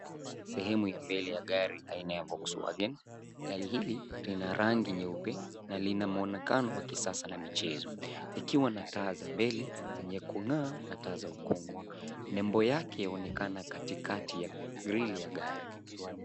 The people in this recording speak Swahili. Sehemu ya mbele ya gari aina ya volkswagen. Gari hili lina rangi nyeupe na lina mwonekano wa kisasa la michezo, likiwa na taa za mbele zenye kung'aa na taa za ukungu. Nembo yake yaonekana katikati ya grili ya gari.